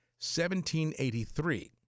1783